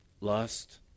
lust